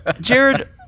Jared